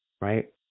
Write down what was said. right